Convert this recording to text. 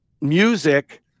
music